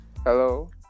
hello